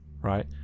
right